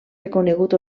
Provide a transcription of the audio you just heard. reconegut